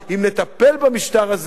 אם נטפל במשטר הזה,